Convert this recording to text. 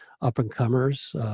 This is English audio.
up-and-comers